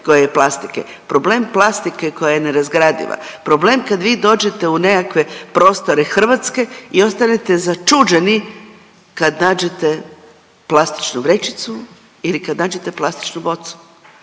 koji je plastike, problem plastike koja je nerazgradiva, problem kad vi dođete u nekakve prostore Hrvatske i ostanete začuđeni kad nađete plastičnu vrećicu ili kad nađete plastičnu bocu.